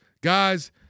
guys